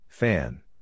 Fan